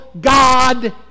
God